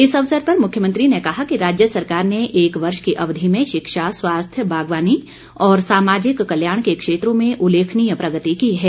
इस अवसर पर मुख्यमंत्री ने कहा कि राज्य सरकार ने एक वर्ष की अवधि में शिक्षा स्वास्थ्य बागवानी और सामाजिक कल्याण के क्षेत्रों में उल्लेखनीय प्रगति की है